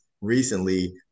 recently